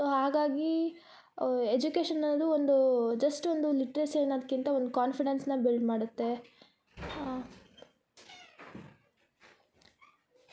so ಹಾಗಾಗಿ education ಅನ್ನೋದು ಒಂದೂ ಜಸ್ಟ್ ಒಂದು ಲಿಟ್ರೆಸಿ ಅನ್ನೋದ್ಕಿಂತ ಒಂದು ಕಾನ್ಫಿಡೆನ್ಸ್ನ ಬಿಲ್ಡ್ ಮಾಡತ್ತೆ